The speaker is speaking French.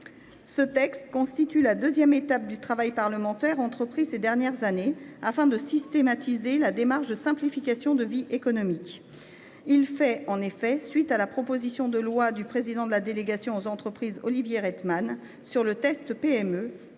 Ce texte constitue la deuxième étape du travail parlementaire entrepris ces dernières années afin de systématiser la démarche de simplification de la vie économique. En effet, il fait suite à la proposition de loi du président de la délégation sénatoriale aux entreprises, Olivier Rietmann, sur les tests PME,